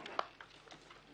בבקשה.